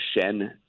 Shen